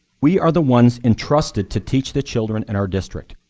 we are the ones entrusted to teach the children in our district.